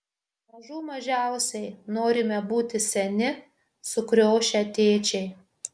mažų mažiausiai norime būti seni sukriošę tėčiai